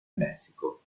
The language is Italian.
messico